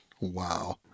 Wow